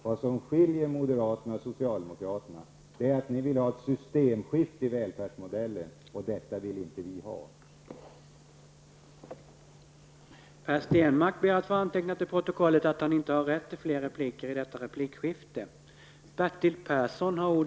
Vad som skiljer moderaterna från socialdemokraterna är att vi moderater vill få till stånd ett systemskifte i välfärdsmodellen. Vi vill inte ha ert system.